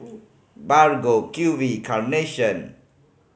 Bargo Q V Carnation